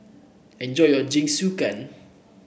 enjoy your Jingisukan